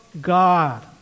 God